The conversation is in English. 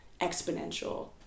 exponential